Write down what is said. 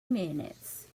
minutes